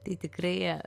tai tikrai